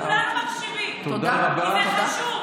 אנחנו כולנו מקשיבים כי זה חשוב.